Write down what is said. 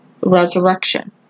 Resurrection